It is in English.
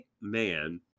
Man